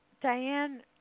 Diane